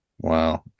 Wow